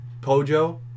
Pojo